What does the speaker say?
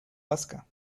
vasca